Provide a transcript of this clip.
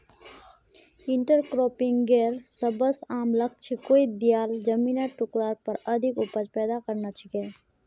इंटरक्रॉपिंगेर सबस आम लक्ष्य कोई दियाल जमिनेर टुकरार पर अधिक उपज पैदा करना छिके